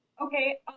Okay